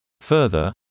Further